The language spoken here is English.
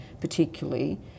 particularly